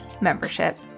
membership